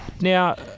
Now